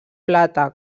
plata